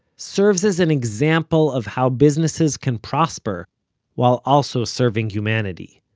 serves as an example of how businesses can prosper while also serving humanity.